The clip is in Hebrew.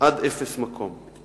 עד אפס מקום.